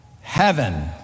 Heaven